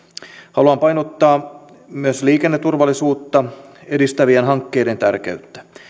haluan painottaa myös liikenneturvallisuutta edistävien hankkeiden tärkeyttä